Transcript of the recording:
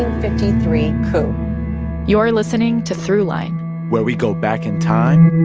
fifty three coup you're listening to throughline where we go back in time